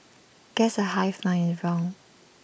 guess the hive mind is wrong